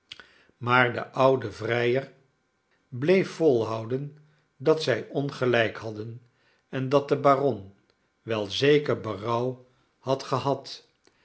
maar de oude vrijer bleef volhouden dat zij ongelijk hadden en dat de baron wel zeker berouw had gehad